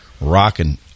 rocking